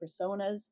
personas